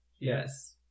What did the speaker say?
Yes